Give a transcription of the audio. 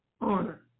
honor